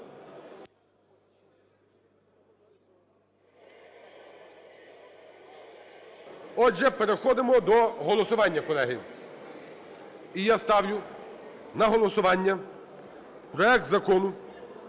Отже, переходимо до голосування, колеги. І я ставлю на голосування проект Закону